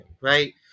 right